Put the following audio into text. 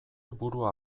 burua